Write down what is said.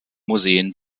museen